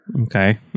Okay